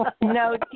No